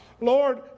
Lord